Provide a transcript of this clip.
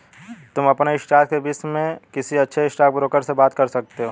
तुम अपने स्टॉक्स के विष्य में किसी अच्छे स्टॉकब्रोकर से बात कर सकते हो